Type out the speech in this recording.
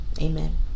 Amen